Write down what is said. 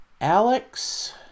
Alex